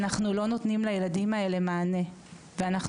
אנחנו לא נותנים לילדים האלה מענה ואנחנו